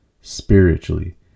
spiritually